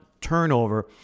turnover